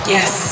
Yes